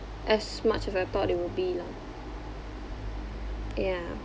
as much as I thought it would be lah ya